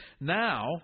Now